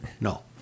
No